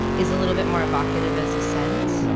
is a little bit more evocative as a scent, so